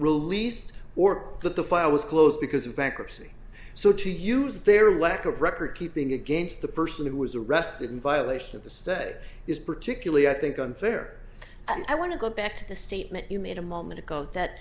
released or that the file was closed because of bankruptcy so to use their lack of recordkeeping against the person who was arrested in violation of the said it is particularly i think unfair and i want to go back to the statement you made a moment ago that